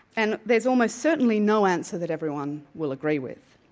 and there's almost certainly no answer that everyone will agree with.